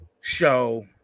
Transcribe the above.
show